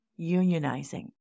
unionizing